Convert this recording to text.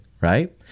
right